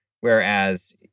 Whereas